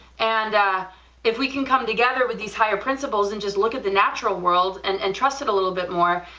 and if we can come together with these higher principles, and just look at the natural world and and trusted a little bit more,